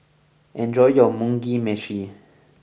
enjoy your Mugi Meshi